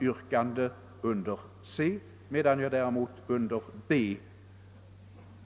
yrkande om bifall till reservationen beträffande utskottets hemställan under C.